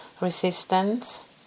resistance